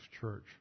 church